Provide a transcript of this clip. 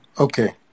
Okay